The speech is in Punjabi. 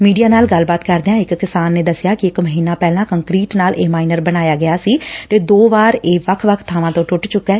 ਮੀਡੀਆ ਨਾਲ ਗੱਲਬਾਤ ਕਰਦਿਆਂ ਇਕ ਕਿਸਾਨ ਨੇ ਦੱਸਿਆ ਕਿ ਇੱਕ ਮਹੀਨਾ ਪਹਿਲਾਂ ਕੰਕਰੀਟ ਨਾਲ ਇਹ ਮਾਈਨਰ ਬਣਾਇਆ ਸੀ ਤੇ ਦੋ ਵਾਰ ਇਹ ਵੱਖ ਵੱਖ ਬਾਵਾਂ ਤੋ ਟੁੱਟ ਚੁੱਕੈ